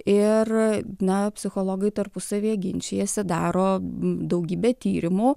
ir na psichologai tarpusavyje ginčijasi daro daugybę tyrimų